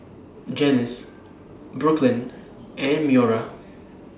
Janice Brooklyn and Moira